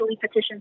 petition